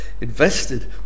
invested